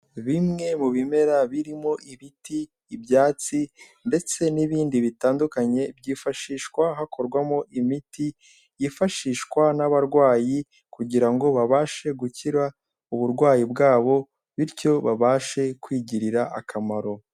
Bimwe mu bimera birimo ibiti, ibyatsi ndetse n'ibindi bitandukanye byifashishwa hakorwamo imiti yifashishwa n'abarwayi kugira ngo babashe gukira uburwayi bwabo bityo babashe kwigirira akamaro.